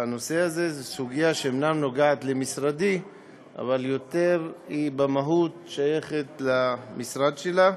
הנושא הזה הוא סוגיה שאינה נוגעת למשרדי אלא שייכת במהות למשרד שלה.